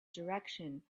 direction